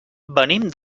venim